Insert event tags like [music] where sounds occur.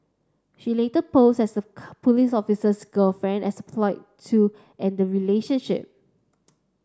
she later posed as the [unintelligible] police officer's girlfriend as a ploy to end the relationship